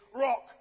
rock